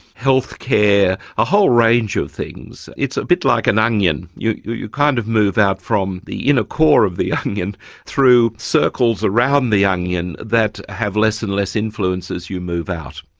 healthcare a whole range of things. it's a bit like an onion. you you kind of move out from the inner core of the onion through circles around the onion that have less and less influence as you move out.